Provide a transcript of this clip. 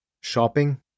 shopping